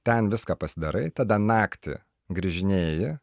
ten viską pasidarai tada naktį grįžinėji